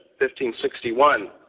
1561